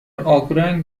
آبرنگ